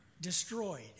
destroyed